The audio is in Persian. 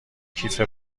کیف